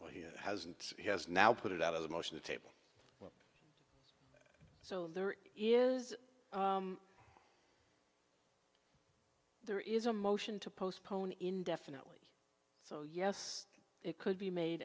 well he hasn't he has now put it out of the motion the table so there is there is a motion to postpone indefinitely so yes it could be made